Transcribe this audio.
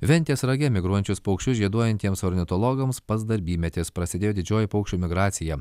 ventės rage migruojančius paukščius žieduojantiems ornitologams pats darbymetis prasidėjo didžioji paukščių migracija